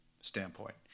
standpoint